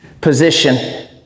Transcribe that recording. position